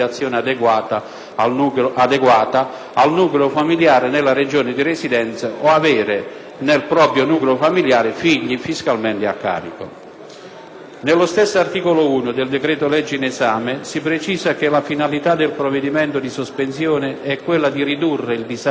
Nello stesso articolo 1 del decreto-legge in esame si precisa che la finalità del provvedimento di sospensione è quella di ridurre il disagio abitativo